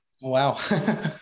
Wow